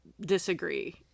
disagree